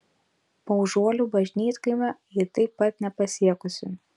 paužuolių bažnytkaimio ji taip pat nepasiekusi